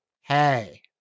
Hey